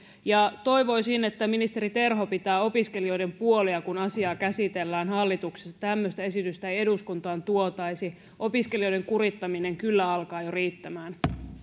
toivoisin että ministeri terho pitää opiskelijoiden puolia kun asiaa käsitellään hallituksessa että tämmöistä esitystä ei eduskuntaan tuotaisi opiskelijoiden kurittaminen kyllä alkaa jo riittämään